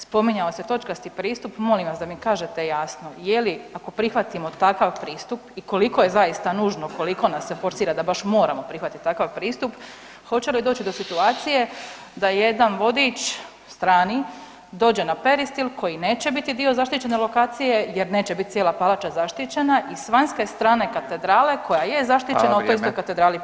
Spominjao se točkasti pristup, molim vas da mi kažete jasno je li ako prihvatimo takav pristup i koliko je zaista nužno koliko nas se forsira da baš moramo prihvatit takav pristup, hoće li doći do situacije da jedan vodič strani dođe na Peristil koji neće biti dio zaštićene lokacije jer neće bit cijela palača zaštićena i s vanjske strane katedrale koja je zaštićena, o toj se katedrali priča?